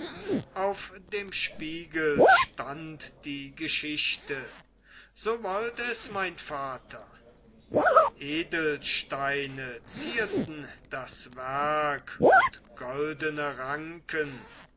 auf dem spiegel stand die geschichte so wollt es mein vater edelsteine zierten das werk und goldene ranken